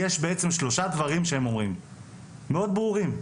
יש בעצם שלושה דברים שהם אומרים מאוד ברורים,